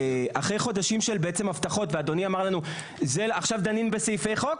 אחרי חודשים של בעצם הבטחות ואדוני אמר לנו זה עכשיו דנים בסעיפי חוק